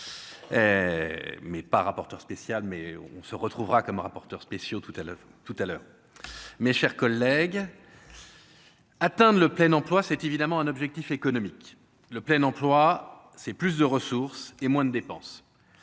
mais pas rapporteur spécial, mais on se retrouvera comme rapporteurs spéciaux tout à l'heure, tout à l'heure, mes chers collègues, atteindre le plein emploi, c'est évidemment un objectif économique, le plein emploi, c'est plus de ressources et moins de dépenses,